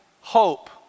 hope